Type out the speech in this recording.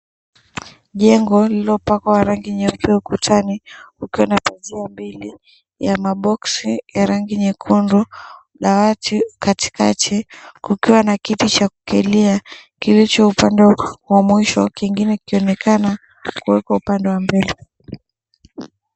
Jengo lililopakwa rangi nyeupe ukutani ukiwa na pazia mbili ya maboksi ya rangi nyekundu, dawati katikati, kukiwa na kiti cha kukalia kilicho upande wa mwisho, kingine kikionekana kuwepo upande wa mbele.